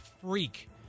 freak